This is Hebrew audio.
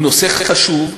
הוא נושא חשוב,